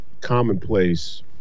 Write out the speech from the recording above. commonplace